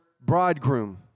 bridegroom